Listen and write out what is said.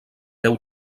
deu